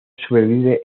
sobrevive